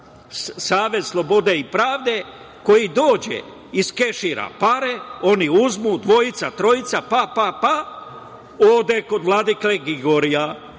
Savez slobode i pravde koji dođe iskešira pare, oni uzmu, dvojica, trojica, pa, pa, ode kod vladike Gligorija.